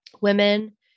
women